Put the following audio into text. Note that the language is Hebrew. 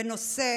בנושא